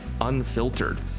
unfiltered